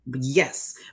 yes